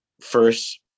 first